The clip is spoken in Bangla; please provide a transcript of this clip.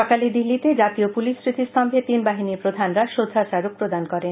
সকালে দিল্লিতে জাতীয় পুলিশ স্যতিস্তম্ভে তিন বাহিনীর প্রধানরা শ্রদ্ধাস্মারক প্রদান করেন